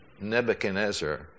Nebuchadnezzar